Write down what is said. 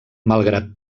malgrat